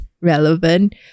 relevant